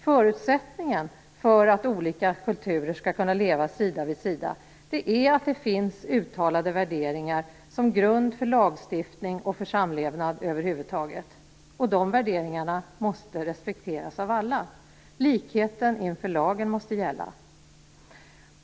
Förutsättningen för att olika kulturer skall kunna leva sida vid sida är att det finns uttalade värderingar som grund för lagstiftning och för samlevnad över huvud taget. De värderingarna måste respekteras av alla. Likheten inför lagen måste gälla.